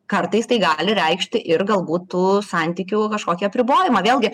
kartais tai gali reikšti ir galbūt tų santykių kažkokį apribojimą vėlgi